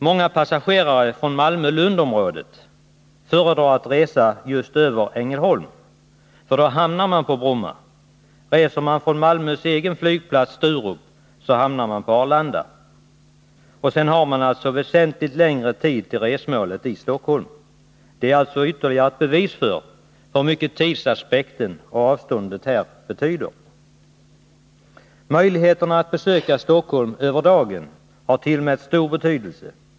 Många passagerare från Malmö-Lundområdet föredrar att resa över Ängelholm, för då landar man på Bromma. Reser man från Malmös egen flygplats, Sturup, landar man på Arlanda. Sedan har man väsentligt längre restid på marken till resmålet i Stockholm. Det är ytterligare ett bevis för hur mycket tidsaspekten och avståndet betyder. Möjligheterna att besöka Stockholm över dagen har tillmätts stor betydelse.